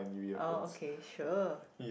oh okay sure